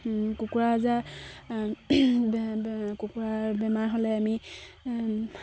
কুকুৰাজাৰ কুকুৰাৰ বেমাৰ হ'লে আমি